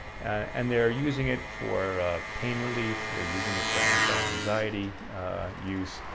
and they're using it for pain relief, they're using it for anti-anxiety use,